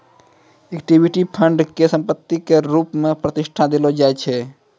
equity fund के संपत्ति के रुप मे प्रतिष्ठा देलो जाय छै